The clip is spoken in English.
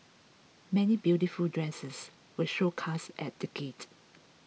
many beautiful dresses were showcased at the gate